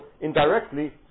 indirectly